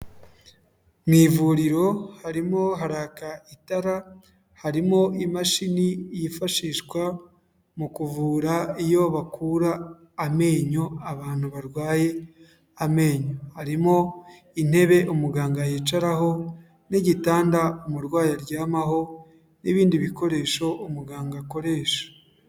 Mu ivuriro harimo haraka itara, harimo imashini yifashishwa mu kuvura iyo bakura amenyo abantu barwaye amenyo. Harimo intebe umuganga yicaraho n'igitanda umurwayi aryamaho n'ibindi bikoresho umuganga akoresha.